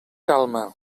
calma